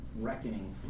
reckoning